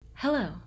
Hello